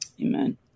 Amen